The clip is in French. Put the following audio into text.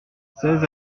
seize